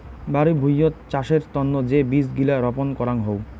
বাড়ি ভুঁইয়ত চাষের তন্ন যে বীজ গিলা রপন করাং হউ